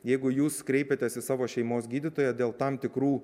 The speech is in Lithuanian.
jeigu jūs kreipiatės į savo šeimos gydytoją dėl tam tikrų